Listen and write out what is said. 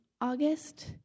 August